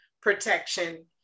protection